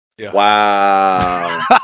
Wow